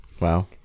Wow